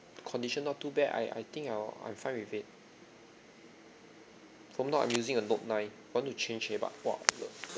condition not too bad I I think I'll I'm fine with it from now I'm using a note nine want to change leh but !wah! the the